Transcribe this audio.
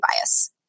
bias